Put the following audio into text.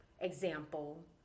example